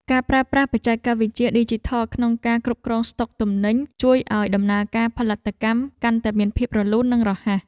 ការប្រើប្រាស់បច្ចេកវិទ្យាឌីជីថលក្នុងការគ្រប់គ្រងស្ដុកទំនិញជួយឱ្យដំណើរការផលិតកម្មកាន់តែមានភាពរលូននិងរហ័ស។